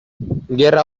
gerra